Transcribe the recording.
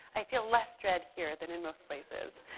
i feel less dread here than in most places.